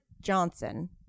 Johnson